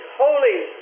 holy